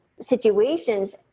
situations